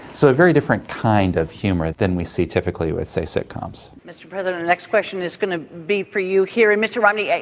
so a very different kind of humour than we see typically with, say, sitcoms. mr president, the next question is going to be for you here. and, mr romney,